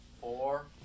four